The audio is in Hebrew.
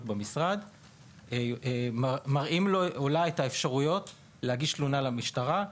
במשרד מראים להם את האפשרויות: להגיש תלונה למשטרה;